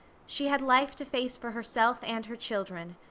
she had life to face for herself and her children.